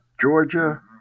Georgia